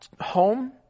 home